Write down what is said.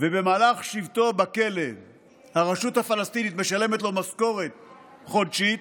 ובמהלך שבתו בכלא הרשות הפלסטינית משלמת לו משכורת חודשית,